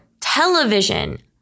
television